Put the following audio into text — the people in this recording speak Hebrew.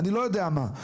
אני לא יודע מה,